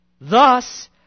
Thus